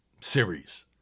series